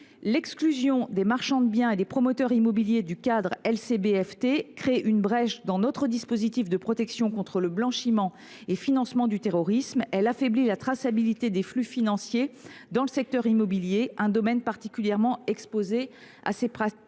L’exclusion des marchands de biens et des promoteurs immobiliers du cadre LCB FT crée une brèche dans notre dispositif de protection contre le blanchiment et le financement du terrorisme. Elle affaiblit la traçabilité des flux financiers dans le secteur immobilier, pourtant particulièrement exposé à ces pratiques